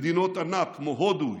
מדינות ענק כמו הודו,